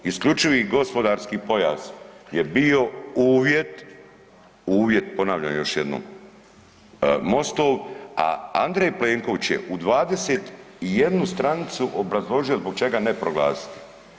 Isključivi gospodarski pojas je bio uvjet, ponavljam još jednom MOST-ov a Andrej Plenković je u 21 stranicu obrazložio zbog čega ne proglasiti.